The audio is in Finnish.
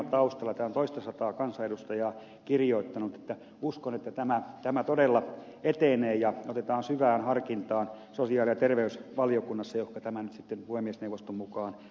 tämän on toistasataa kansanedustajaa kirjoittanut joten uskon että tämä todella etenee ja otetaan syvään harkintaan sosiaali ja terveysvaliokunnassa johonka tämä nyt sitten puhemiesneuvoston mukaan lähetetään